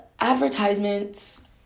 Advertisements